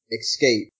escape